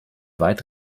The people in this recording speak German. weit